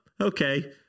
Okay